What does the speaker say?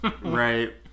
Right